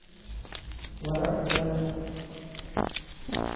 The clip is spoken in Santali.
ᱞᱟᱜᱟᱜ ᱜᱮᱛᱟᱭᱟ